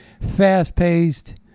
Fast-paced